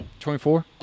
24